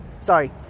Sorry